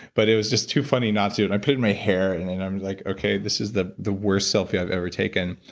but it was just too funny not to, and i put it in my hair and and i was like, okay, this is the the worst selfie i've ever taken,